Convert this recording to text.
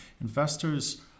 investors